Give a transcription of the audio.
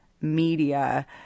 media